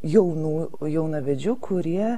jaunų jaunavedžių kurie